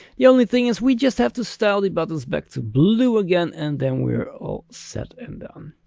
the only thing is we just have to style the buttons back to blue again and then we're all set and done.